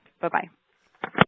bye-bye